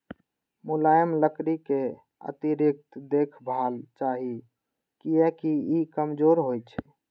मुलायम लकड़ी कें अतिरिक्त देखभाल चाही, कियैकि ई कमजोर होइ छै